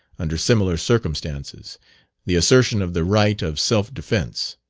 under similar circumstances the assertion of the right of self-defence.